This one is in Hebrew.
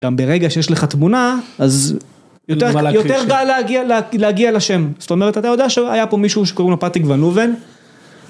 גם ברגע שיש לך תמונה, אז יותר קל להגיע לשם, זאת אומרת אתה יודע שהיה פה מישהו שקוראים לו פטריק ואן אובן